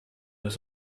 was